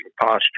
posture